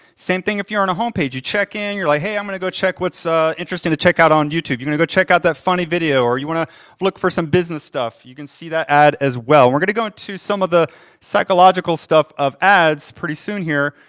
same thing if you're on a home page, you check in, you're like, hey, i'm gonna go check what's interesting to check out on youtube. you're gonna go check out that funny video, or you wanna look for some business stuff, you can see that ad as well. we're gonna go into some of the psychological stuff of ads pretty soon here,